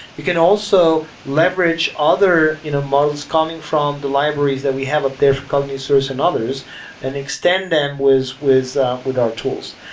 you can also leverage other you know models coming from the libraries that we have up there for cognitive source and others and extend them with with our tools.